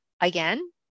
again